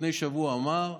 לפני שבוע הוא אמר,